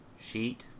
sheet